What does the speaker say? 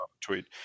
Tweet